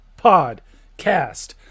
Podcast